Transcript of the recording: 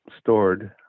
stored